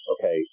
okay